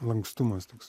lankstumas toks